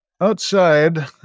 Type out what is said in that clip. Outside